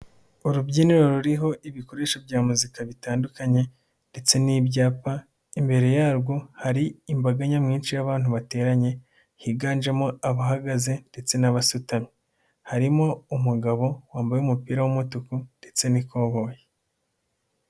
Urubyiniro ruriho ibikoresho bya muzika bitandukanye ndetse n'ibyapa, imbere yarwo hari imbaga nyamwinshi y'abantu bateranye higanjemo abahagaze ndetse n'abasutamye. Harimo umugabo wambaye umupira w'umutuku ndetse n'ikoboyi.